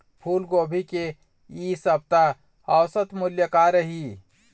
फूलगोभी के इ सप्ता औसत मूल्य का रही?